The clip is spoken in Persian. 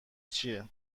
چیه